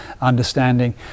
understanding